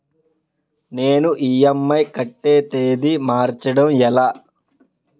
నేను ఇ.ఎం.ఐ కట్టే తేదీ మార్చడం ఎలా?